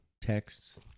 texts